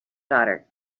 daughter